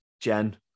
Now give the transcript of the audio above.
jen